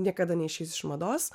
niekada neišeis iš mados